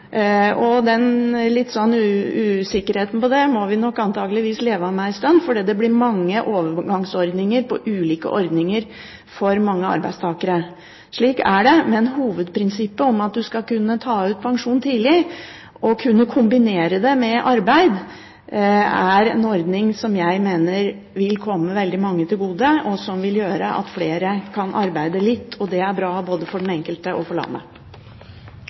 usikkerheten må vi nok antakeligvis leve med en stund fordi det blir mange overgangsordninger for ulike ordninger for mange arbeidstakere. Slik er det, men hovedprinsippet om at du skal kunne ta ut pensjon tidlig og kombinere det med arbeid, er en ordning som jeg mener vil komme veldig mange til gode, og som vil gjøre at flere kan arbeide litt. Det er bra både for den enkelte og for landet.